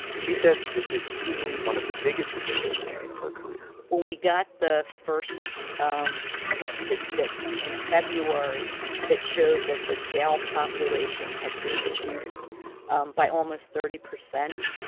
she says this is easily one of the biggest achievements of her career when we got the first um statistics in february that showed that the jail population had been reduced um by almost thirty percent,